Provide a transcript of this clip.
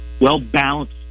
well-balanced